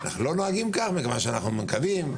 לא נוהגים כך מכיוון שאנחנו מקווים,